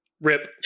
Rip